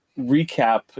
recap